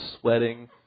sweating